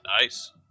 Nice